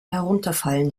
herunterfallen